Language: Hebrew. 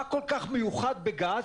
מה כל-כך מיוחד בגז,